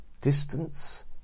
distance